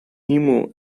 emu